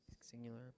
singular